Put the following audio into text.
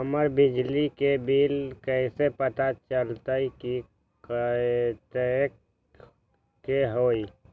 हमर बिजली के बिल कैसे पता चलतै की कतेइक के होई?